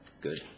good